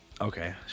Okay